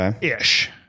ish